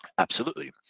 absolutely.